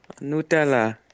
Nutella